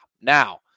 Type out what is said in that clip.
now